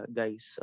guys